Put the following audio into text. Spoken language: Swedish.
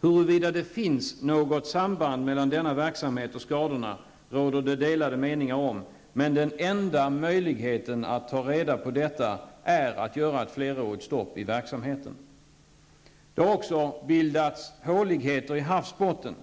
Huruvida det finns något samband mellan denna verksamhet och skadorna råder det delade meningar om, men den enda möjligheten att ta reda på detta är att göra ett flerårigt stopp i verksamheten. Det har också bildats håligheter i havsbottnen.